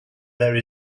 there